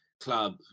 club